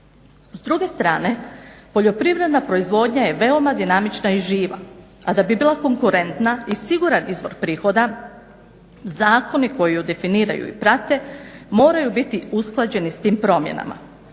S druge strane, poljoprivredna proizvodnja je veoma dinamična i živa, a da bi bila konkurentna i siguran izvor prihoda zakoni koji ju definiraju i prate moraju biti usklađeni sa tim promjenama.